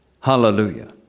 Hallelujah